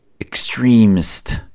extremist